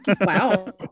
Wow